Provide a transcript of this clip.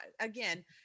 again